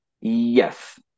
Yes